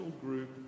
group